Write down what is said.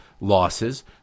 losses